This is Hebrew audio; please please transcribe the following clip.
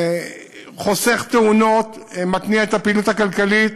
זה חוסך תאונות, מתניע את הפעילות הכלכלית.